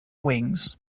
wings